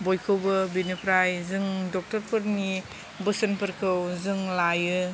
बयखौबो बेनिफ्राय जों डक्टर फोरनि बोसोनफोरखौ जों लायो